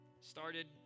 started